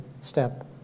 step